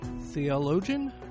theologian